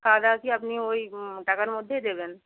খাওয়া দাওয়া কি আপনি ওই টাকার মধ্যেই দেবেন